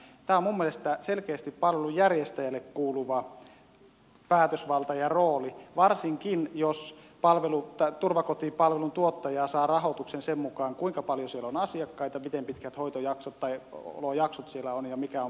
tämä on mielestäni selkeästi palvelun järjestäjälle kuuluva päätösvalta ja rooli varsinkin jos turvakotipalvelun tuottaja saa rahoituksen sen mukaan kuinka paljon siellä on asiakkaita miten pitkät olojaksot siellä on ja mikä on palvelun sisältö